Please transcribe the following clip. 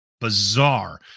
bizarre